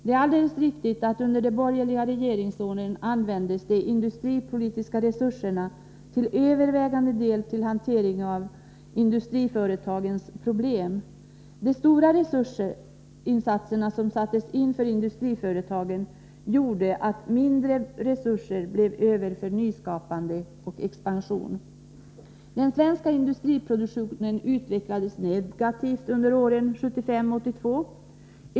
Det är alldeles riktigt att man under de borgerliga regeringsåren till övervägande del använde de industripolitiska resurserna till hantering av industriföretagens problem. De stora resurser som sattes in för industriföretagen gjorde att det blev mindre resurser över för nyskapande och expansion. Den svenska industriproduktionen utvecklades negativt under perioden 1975-1982.